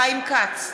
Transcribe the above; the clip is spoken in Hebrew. חיים כץ,